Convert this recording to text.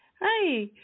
Hi